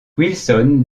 wilson